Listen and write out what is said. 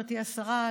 גברתי השרה,